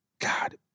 God